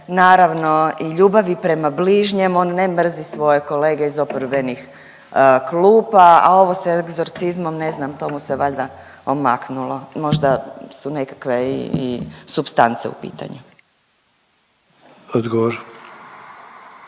naravno ljubavi prema bližnjemu. On ne mrzi svoje kolege iz oporbenih klupa, a ovo sa egzorcizmom ne znam to mu se valjda omaknulo, možda su nekakve i supstance u pitanju.